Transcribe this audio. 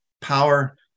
power